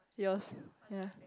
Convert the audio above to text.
yours ya